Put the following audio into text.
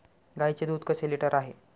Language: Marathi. गाईचे दूध कसे लिटर आहे?